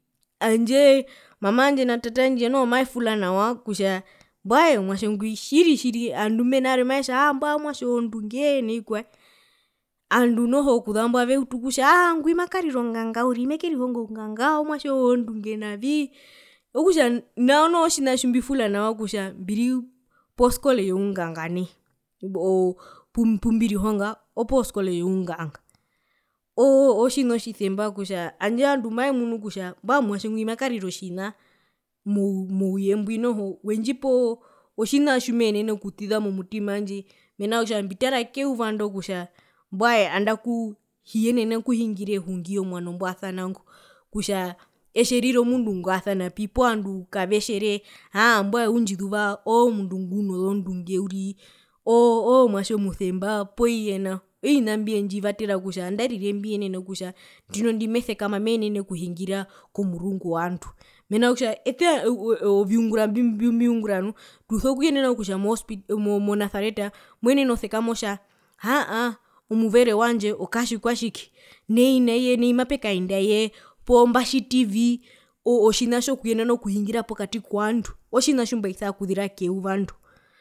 Handje mama wandje na tate wandje mavefula nawa ovandu mbena imbo varwe mavetja aa mbwae omwatje wozondunge noo vikwae aandu noho kuzambo aveutu kutja ingwi makarira onganga uriri mekerihonga ounganga omwatje wozondunge navii okutja nao noho otjina tjimbifula nawa kutja mbiri poskole younganga nai oo pumbirihonga oposkole younganga oo otjina otjisemba kutja handje ovandu mavemunu kutja mbwae omwatje ngwi makaririra otjina mouyembwi noho wendjipoo tjina tjimenene okutiza momutima wandje mena kutja mbitara keyuva ndo kutja mbwae andaku hiyene okuhingira ehungi owano mbwasana ngo kutja etje rira omundu ngwasanapi poo vandu kavetjere aa mbwae undjizuva oove omundu nguno zondunge uriri oo omwatje omusemba poo nao oovina mbyendjivatera kutja andarire ndinondi mesekama menenene okuhungira momurunngu ovandu mena rokutja taa oviungura mbimbiungura tuso kuyenena kutja monasareta nu moenene osekama otja haa aaa omuvere wandje okatjikwatjike poo nai nai mapekaendaye poo mbatjitivii oo tjina tjo kuhungira pokati kovandu otjina tjimabisa okuzira keyuva ndo.